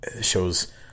shows